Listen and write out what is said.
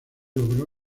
logró